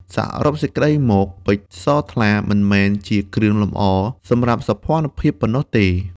សរុបសេចក្តីមកពេជ្រ ពណ៌ស ថ្លា មិនមែនជាគ្រឿងអលង្ការសម្រាប់សោភ័ណភាពតែប៉ុណ្ណោះទេ។